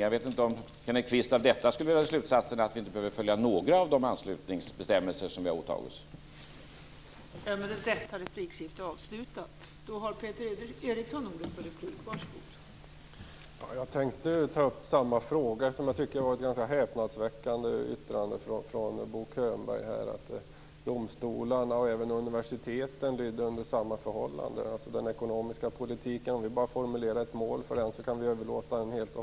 Jag vet inte om Kenneth Kvist av detta skulle dra slutsatsen att vi inte behöver följa några av de anslutningsbestämmelser som vi åtagit oss